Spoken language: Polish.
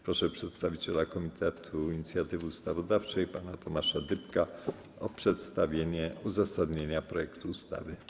Proszę przedstawiciela Komitetu Inicjatywy Ustawodawczej pana Tomasza Dybka o przedstawienie uzasadnienia projektu ustawy.